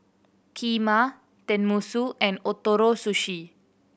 Kheema Tenmusu and Ootoro Sushi